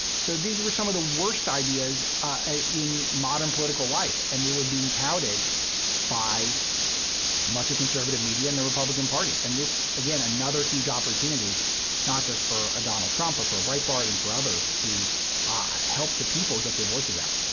so these were some of the worst ideas ah in modern political life. and they were being touted by much of conservative media and the republican party. and this, again, another huge opportunity not just for a donald trump, but for a breitbart and for others to help the people get their voices out.